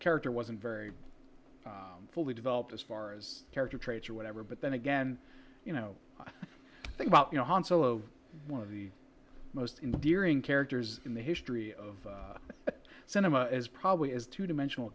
character wasn't very fully developed as far as character traits or whatever but then again you know i think about you know hans solo one of the most enduring characters in the history of cinema as probably as two dimensional